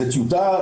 זה טיוטה,